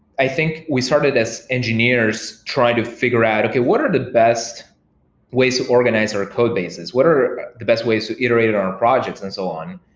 i think we started as engineers trying to figure out, okay, what are the best ways to organize our codebases? what are the best ways to iterate it on our projects? and so on.